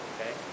Okay